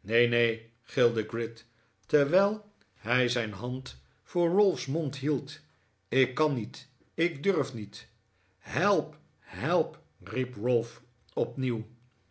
neen neen gilde gride terwijl hij zijn hand voor ralph's mond hield ik kan niet ik durf niet help help riep ralph opnieuw